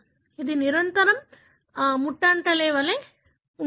ఇది నిరంతరం ముటాంటల్లేలే ఉంటుంది